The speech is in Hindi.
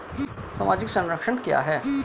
सामाजिक संरक्षण क्या है?